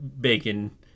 Bacon